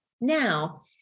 now